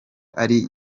ari